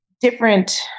different